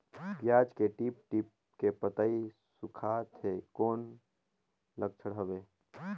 पियाज के टीप टीप के पतई सुखात हे कौन लक्षण हवे?